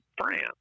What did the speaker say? France